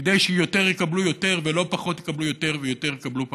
כדי שיותר יקבלו יותר ולא פחות יקבלו יותר ויותר יקבלו פחות.